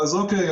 אוקיי.